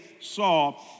saw